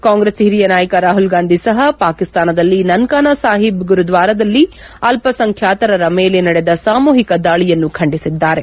ಕಾಂಗ್ರೆಸ್ ಹಿರಿಯ ನಾಯಕ ರಾಹುಲ್ ಗಾಂಧಿ ಸಹ ಪಾಕಿಸ್ತಾನದಲ್ಲಿ ನನ್ಕಾನಾ ಸಾಹೀದ್ ಗುರುದ್ವಾರದಲ್ಲಿ ಅಲ್ಪಸಂಖ್ಞಾತರರ ಮೇಲೆ ನಡೆದ ಸಾಮೂಹಿಕ ದಾಳಿಯನ್ನು ಖಂಡಿಸಿದ್ದಾರೆ